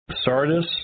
sardis